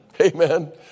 Amen